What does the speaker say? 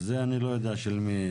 זה אני לא יודע של מי.